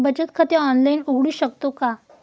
बचत खाते ऑनलाइन उघडू शकतो का?